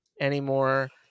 anymore